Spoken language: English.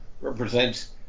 represents